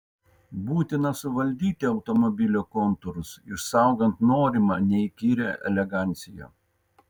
būtina suvaldyti automobilio kontūrus išsaugant norimą neįkyrią eleganciją